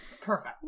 perfect